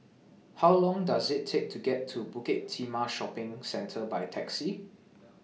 How Long Does IT Take to get to Bukit Timah Shopping Centre By Taxi